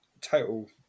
total